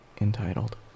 entitled